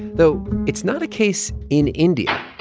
though it's not a case in india